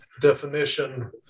definition